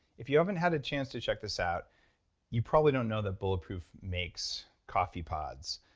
if you haven't had a chance to check this out you probably don't know that bulletproof makes coffee pods.